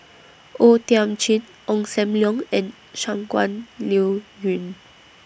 O Thiam Chin Ong SAM Leong and Shangguan Liuyun